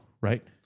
right